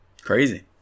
Crazy